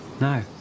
No